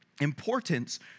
importance